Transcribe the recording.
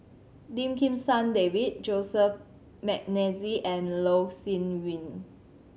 Lim Kim San David Joseph McNally and Loh Sin Yun